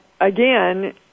Again